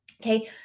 Okay